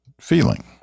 feeling